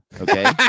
Okay